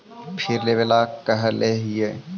फिर लेवेला कहले हियै?